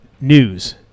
News